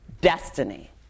destiny